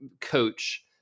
coach